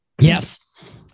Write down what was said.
Yes